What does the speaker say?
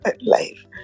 life